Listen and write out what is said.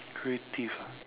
creative ah